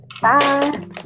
Bye